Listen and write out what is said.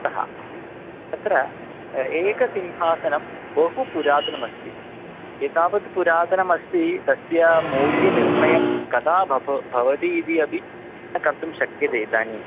स्तः ह्म् अत्र एकसिंहासनं बहु पुरातनमस्ति एतावत् पुरातनमस्ति तस्य मौल्यनिर्णयं कदा भवति इति अपि कर्तुं शक्यते इदानीम्